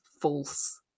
false